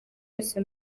yose